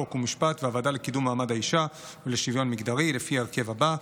חוק ומשפט והוועדה לקידום מעמד האישה ולשוויון מגדרי לפי ההרכב הבא: